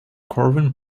corwin